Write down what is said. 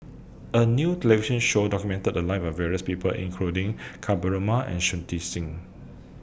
A New television Show documented The Lives of various People including Ka Perumal and Shui Tit Sing